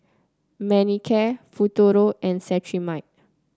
Manicare Futuro and Cetrimide